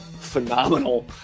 phenomenal